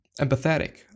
empathetic